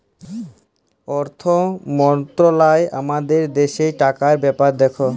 অথ্থ মলত্রলালয় আমাদের দ্যাশের টাকার ব্যাপার দ্যাখে